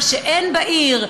מה שאין בעיר.